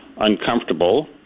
uncomfortable